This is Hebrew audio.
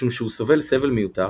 משום שהוא סובל סבל מיותר,